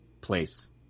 place